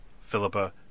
Philippa